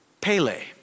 pele